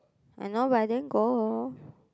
I know but I didn't go